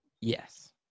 Yes